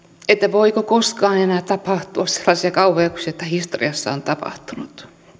voiko koskaan enää tapahtua sellaisia kauheuksia joita historiassa on tapahtunut